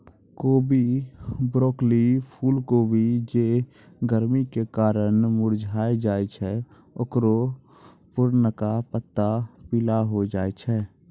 कोबी, ब्रोकली, फुलकोबी जे गरमी के कारण मुरझाय जाय छै ओकरो पुरनका पत्ता पीला होय जाय छै